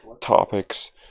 topics